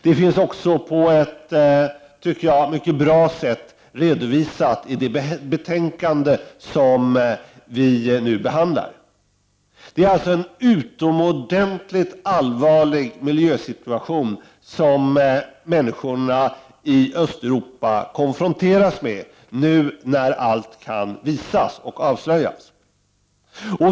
Detta finns också redovisat på ett mycket bra sätt i det betänkande som vi nu behandlar. Det är alltså en utomordentligt allvarlig miljösituation som människorna i Östeuropa konfronteras med nu när allt kan visas och avslöjas.